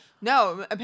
No